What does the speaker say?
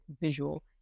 visual